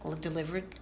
delivered